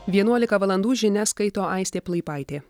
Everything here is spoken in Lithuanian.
vienuolika valandų žinias skaito aistė plaipaitė